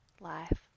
life